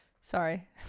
Sorry